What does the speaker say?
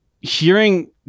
hearing